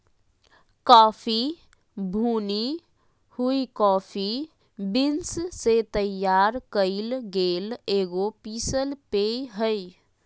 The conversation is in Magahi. कॉफ़ी भुनी हुई कॉफ़ी बीन्स से तैयार कइल गेल एगो पीसल पेय हइ